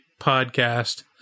podcast